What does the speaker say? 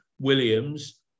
Williams